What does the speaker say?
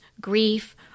grief